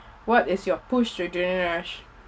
what is your push adrenaline rush